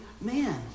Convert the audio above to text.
man